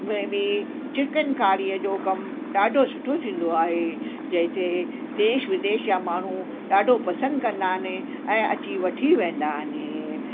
में बि चिकनकारीअ जो कमु ॾाढो सुठो थींदो आहे जंहिं ते देश विदेश जा माण्हू ॾाढो पसंदि कंदा आहिनि ऐं अची वठी वेंदा आहिनि